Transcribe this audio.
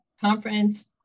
conference